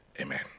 amen